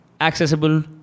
accessible